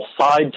side